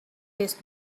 his